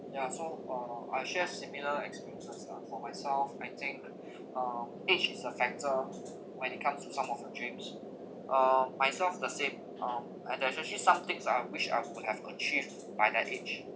ya so uh I'll share similar experiences lah for myself I think um age is a factor when it comes to some of the dreams uh myself the same um and there's actually some things that I wish I would have achieved by that age